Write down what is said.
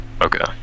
Okay